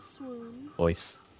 voice